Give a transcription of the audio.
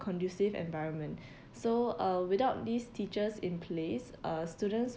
conducive environment so uh without these teachers in place uh students